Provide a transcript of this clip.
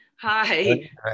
Hi